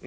finns.